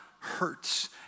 Hurts